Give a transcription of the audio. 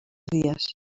dies